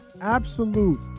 Absolute